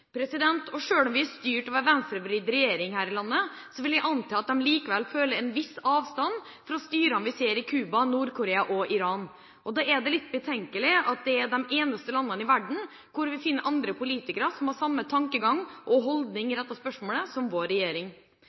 om vi er styrt av en venstrevridd regjering her i landet, vil jeg anta at de likevel føler en viss avstand fra styrene vi ser i Cuba, Nord-Korea og Iran. Da er det litt betenkelig at det er de eneste landene i verden hvor vi finner andre politikere som har samme tankegang og holdning i dette spørsmålet, som vår regjering.